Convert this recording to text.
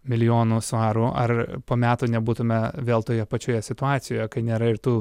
milijonų svarų ar po metų nebūtume vėl toje pačioje situacijoje kai nėra ir tų